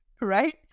right